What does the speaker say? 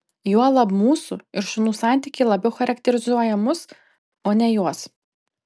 juolab mūsų ir šunų santykiai labiau charakterizuoja mus o ne juos